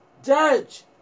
Judge